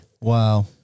Wow